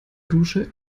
dusche